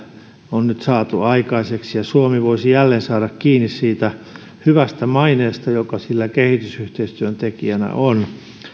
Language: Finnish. on nyt saatu aikaiseksi ja suomi voisi jälleen saada kiinni siitä hyvästä maineesta joka sillä kehitysyhteistyön tekijänä on